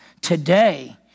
today